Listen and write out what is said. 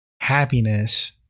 happiness